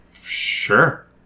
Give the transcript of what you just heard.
Sure